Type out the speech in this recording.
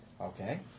Okay